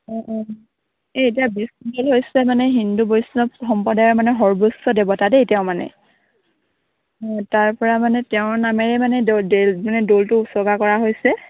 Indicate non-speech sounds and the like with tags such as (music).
অঁ অঁ এই এতিয়া (unintelligible) হৈছে মানে হিন্দু বৈষ্ণৱ সম্প্ৰদায়ৰ মানে সৰ্বোচ্চ দেৱতা দেই তেওঁ মানে অ তাৰপৰা মানে তেওঁৰ নামেৰে মানে মানে দৌলটো উৎসৰ্গা কৰা হৈছে